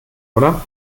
oder